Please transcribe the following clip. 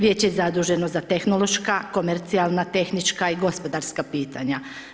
Vijeće je zaduženo za tehnološka, komercijalna, tehnička i gospodarska pitanja.